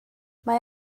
mae